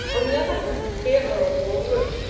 on the other hand, here are a warm room,